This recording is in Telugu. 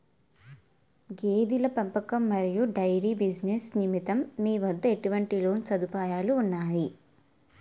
గేదెల పెంపకం మరియు డైరీ బిజినెస్ నిమిత్తం మీ వద్ద ఎటువంటి లోన్ సదుపాయాలు ఉన్నాయి?